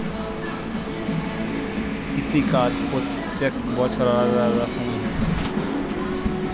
কৃষি কাজ প্রত্যেক বছর আলাদা আলাদা সময় হচ্ছে